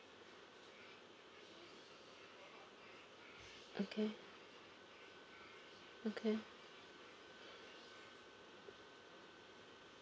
okay okay